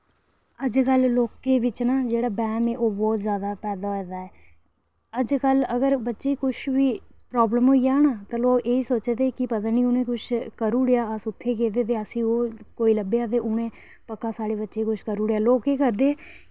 अज्जकल लोकें च जेह्ड़ा बैह्म ऐ ना ओह् बहुत जादा फैला दा ऐ अज्जकल अगर बच्चे कुछ बी प्रॉब्लम होई जा ना तां लोक सोचदे न की उ'नें कुछ करी ओड़ेआ ते अस उत्थै गेदे हे ते कोई लब्भेआ ते उ'नें पक्का साढ़े बच्चे गी कुछ करी ओड़ेआ लोक केह् करदे